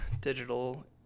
digital